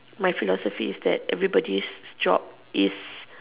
my philosophy is that everybody's job is